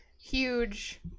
huge